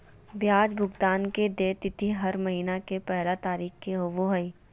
ब्याज भुगतान के देय तिथि हर महीना के पहला तारीख़ के होबो हइ